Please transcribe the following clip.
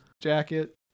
jacket